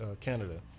Canada